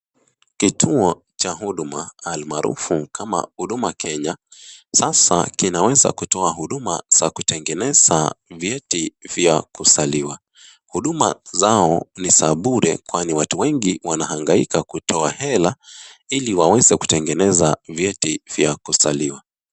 Kituo cha huduma almaarufu kama Huduma Kenya. Sasa kinaweza kutoa huduma za kutegeneza vyeti vya kuzaliwa. Huduma zao ni za bure kwani watu wengi wanahangaika kutoa hela ili waweze kutegeneza vyeti vya kuzaliwa.